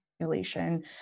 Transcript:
population